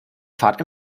fahrt